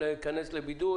להיכנס לבידוד,